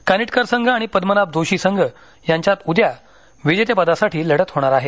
कानिटकर संघ आणि पद्मनाभ जोशी संघ यांच्यात उद्या विजेतेपदासाठी लढत होणार आहे